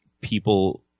people